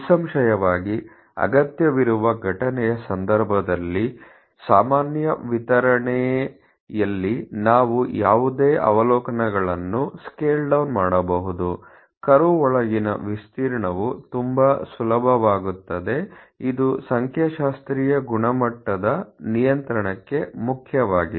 ನಿಸ್ಸಂಶಯವಾಗಿ ಅಗತ್ಯವಿರುವ ಘಟನೆಯ ಸಂದರ್ಭದಲ್ಲಿ ಸಾಮಾನ್ಯ ವಿತರಣೆಯಲ್ಲಿ ನಾವು ಯಾವುದೇ ಅವಲೋಕನಗಳನ್ನು ಸ್ಕೇಲ್ ಡೌನ್ ಮಾಡಬಹುದು ಕರ್ವ್ ಒಳಗಿನ ವಿಸ್ತೀರ್ಣವು ತುಂಬಾ ಸುಲಭವಾಗುತ್ತದೆ ಇದು ಸಂಖ್ಯಾಶಾಸ್ತ್ರೀಯ ಗುಣಮಟ್ಟದ ನಿಯಂತ್ರಣಕ್ಕೆ ಮುಖ್ಯವಾಗಿದೆ